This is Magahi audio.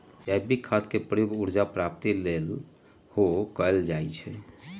जैविक खाद के प्रयोग ऊर्जा प्राप्ति के लेल सेहो कएल जाइ छइ